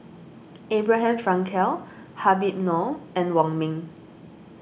Abraham Frankel Habib Noh and Wong Ming